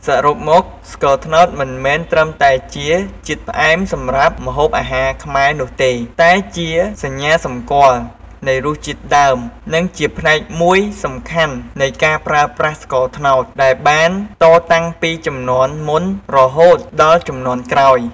សរុបមក ស្ករត្នោតមិនមែនត្រឹមតែជាជាតិផ្អែមសម្រាប់ម្ហូបអាហារខ្មែរនោះទេ តែជាសញ្ញាសម្គាល់នៃរសជាតិដើម និងជាផ្នែកមួយសំខាន់នៃការប្រើប្រាស់ស្ករត្នោត ដែលបានតតាំងពីជំនាន់មុនរហូតមកដល់ជំនាន់ក្រោយ។